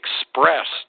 expressed